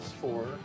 four